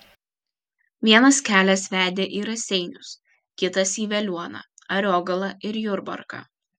vienas kelias vedė į raseinius kitas į veliuoną ariogalą ir jurbarką